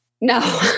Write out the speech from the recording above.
No